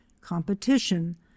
competition